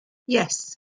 yes